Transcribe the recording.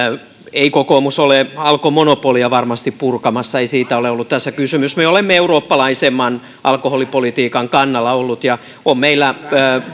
ei kokoomus ole alkon monopolia varmasti purkamassa ei siitä ole ollut tässä kysymys me olemme eurooppalaisemman alkoholipolitiikan kannalla olleet ja on meillä